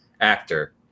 actor